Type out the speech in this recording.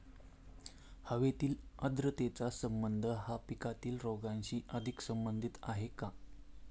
हवेतील आर्द्रतेचा संबंध हा पिकातील रोगांशी अधिक संबंधित आहे का?